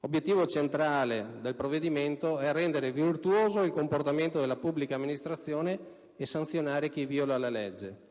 Obiettivo centrale del provvedimento è rendere virtuoso il comportamento della pubblica amministrazione e sanzionare chi vìola la legge.